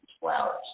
flowers